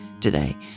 today